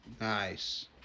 Nice